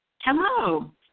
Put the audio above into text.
Hello